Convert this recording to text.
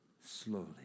slowly